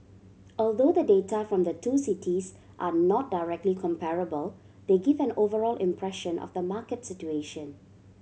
although the data from the two cities are not directly comparable they give an overall impression of the market situation